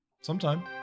sometime